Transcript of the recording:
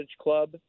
club